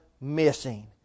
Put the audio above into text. missing